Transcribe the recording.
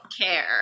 care